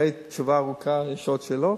אחרי תשובה ארוכה, יש עוד שאלות?